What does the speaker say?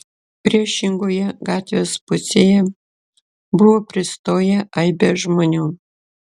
priešingoje gatvės pusėje buvo pristoję aibės žmonių